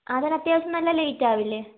അതൊരു അത്യാവശ്യം നല്ല ലേറ്റ് ആവില്ലേ